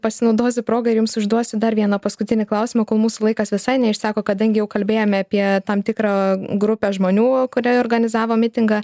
pasinaudosiu proga ir jums užduosiu dar vieną paskutinį klausimą ko mūsų laikas visai neišseko kadangi jau kalbėjome apie tam tikrą grupę žmonių kurie organizavo mitingą